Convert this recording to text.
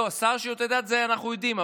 לא, השר לשירותי דת, את זה אנחנו יודעים.